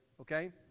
okay